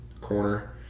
corner